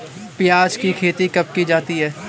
प्याज़ की खेती कब की जाती है?